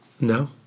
No